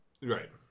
right